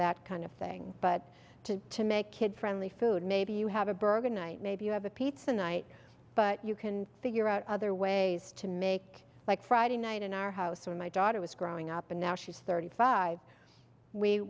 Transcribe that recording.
that kind of thing but to to make kid friendly food maybe you have a burger night maybe you have a pizza night but you can figure out other ways to make like friday night in our house when my daughter was growing up and now she's thirty five we